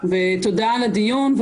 תודה על הדיון,